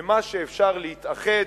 במה שאפשר להתאחד,